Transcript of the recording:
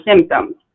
symptoms